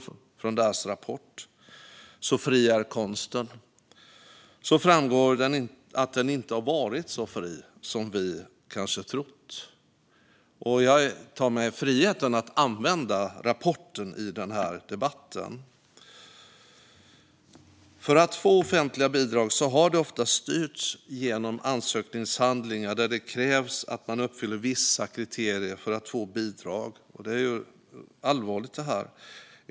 Det finns också en rapport från Myndigheten för kulturanalys som heter Så fri är konsten . Där framgår att konsten inte har varit så fri som vi kanske har trott. Jag tar mig friheten att använda rapporten i debatten här. Ansökningarna om att få offentliga bidrag har ofta styrts genom ansökningshandlingar där det krävs att man uppfyller vissa kriterier för att få bidrag. Detta är allvarligt.